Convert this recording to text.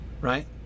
right